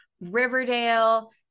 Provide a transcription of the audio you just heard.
Riverdale